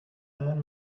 nine